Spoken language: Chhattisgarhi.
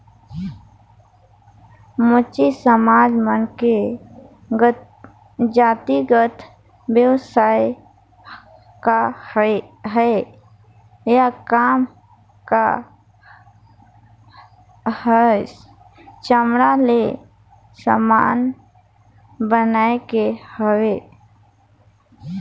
मोची समाज मन के जातिगत बेवसाय काहय या काम काहस चमड़ा ले समान बनाए के हवे